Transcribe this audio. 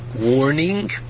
warning